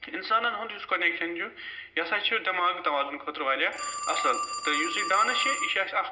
اِنسانن ہُنٛد یُس کۄنیٚکشن چھُ یہِ ہسا چھُ دماغ توازُن خٲطرٕ وارِیاہ اصٕل تہِ یُس یہِ ڈانٕس چھُ یہِ چھُ اسہِ اَکھ